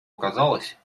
оказалось